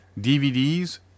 DVDs